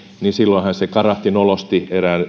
niin silloinhan se karahti nolosti